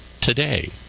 today